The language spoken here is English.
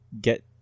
get